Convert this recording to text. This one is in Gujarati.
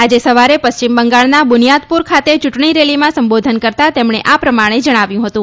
આજે સવારે પશ્ચિમ બંગાળના બુનીયાદપુર ખાતે ચુંટણી રેલીમાં સંબોધન કરતા તેમણે આ પ્રમાણે જણાવ્યું હતું